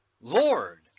Lord